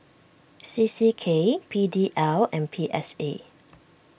C C K P D L and P S A